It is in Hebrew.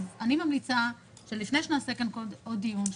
אז אני ממליצה שלפני שנעשה כאן עוד דיון,